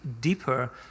deeper